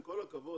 עם כל הכבוד,